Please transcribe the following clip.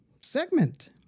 segment